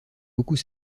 beaucoup